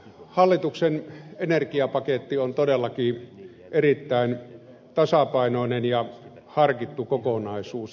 hallituksen energiapaketti on todellakin erittäin tasapainoinen ja harkittu kokonaisuus